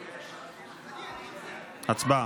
הצבעה.